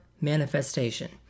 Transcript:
manifestation